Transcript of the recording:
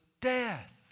death